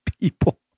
People